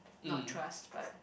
not trust but